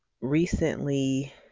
recently